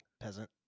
peasant